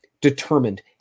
determined